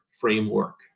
framework